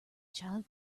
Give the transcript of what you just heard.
child